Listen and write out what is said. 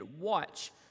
watch